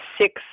six